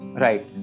Right